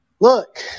look